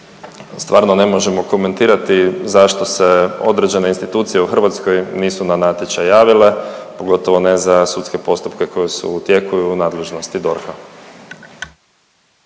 Stvarno ne možemo komentirati zašto se određene institucije u Hrvatskoj nisu na natječaj javile, pogotovo ne za sudske postupke koji su u tijeku i u nadležnosti DORH-a.